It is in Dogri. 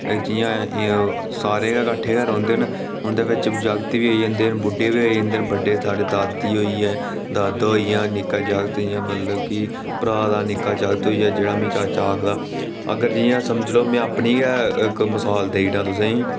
जि'यां ओह् सारे गै किट्ठे गै रौंह्दे न उं'दे बिच जागत बी आई जंदे न बुड्ढे बी आई जंदे न बड्डे साढ़े दादी होई गे दादा होई गेआ निक्का जागत इ'यां मतलब कि भ्रा दा मिक्का जागत होई गेआ जेह्ड़ा मिगी चाचा आखदा अगर जि'यां समझी लैओ में अपनी गै इक मसाल देई ओड़ां तुसें ई